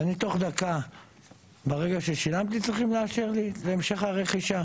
ואני בתוך דקה ברגע ששילמתי צריכים לאשר לי את המשך הרכישה,